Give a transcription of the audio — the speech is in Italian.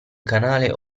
canale